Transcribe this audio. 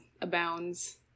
abounds